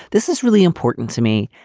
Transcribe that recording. this is really important to me.